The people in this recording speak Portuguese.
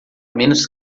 menos